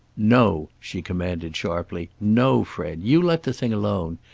no! she commanded sharply. no, fred. you let the thing alone.